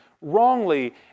wrongly